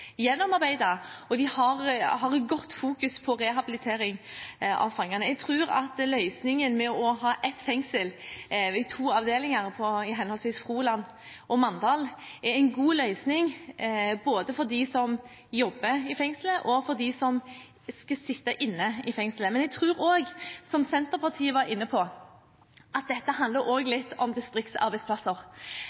gjennomarbeidet, og de har hatt godt fokus på rehabilitering av fangene. Jeg tror at løsningen med å ha ett fengsel med to avdelinger i henholdsvis Froland og Mandal er en god løsning, både for dem som jobber i fengselet, og for dem som skal sitte inne i fengselet. Men jeg tror, som Senterpartiet var inne på, at dette også handler litt om distriktsarbeidsplasser.